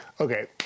okay